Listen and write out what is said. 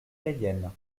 cayenne